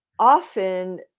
often